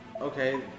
okay